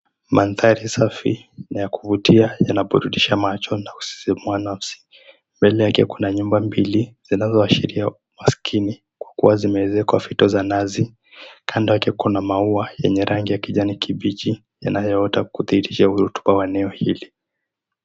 Mandhari safi ya kuvutia yanaburudisha macho na kusisimua nafsi. Mbele yake kuna nyumba mbili zinazowashiria umaskini kwa kuwa zimeezekwa fito za nazi. Kando yake kuna maua yenye rangi ya kijani kibichi yanayoota kudhihirisha urutuba wa eneo hili.